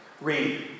Read